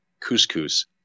couscous